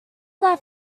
that